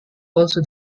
also